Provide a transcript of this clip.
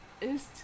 ist